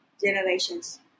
generations